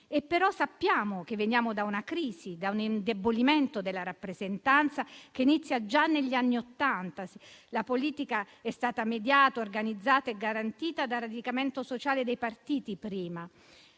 però, che veniamo da una crisi, da un indebolimento della rappresentanza che inizia già negli anni '80. La politica è stata mediata, organizzata e garantita dal radicamento sociale dei partiti prima.